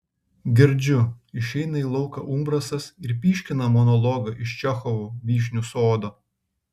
girdžiu išeina į lauką umbrasas ir pyškina monologą iš čechovo vyšnių sodo